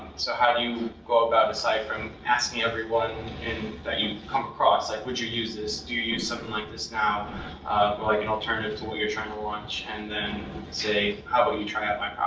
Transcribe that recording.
so how do you go about, aside from asking every one and that you come across, like would you use this? do you use something like this now? but like an alternative to what you're trying to launch and then say, how but about you try out my